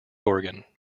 organ